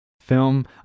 film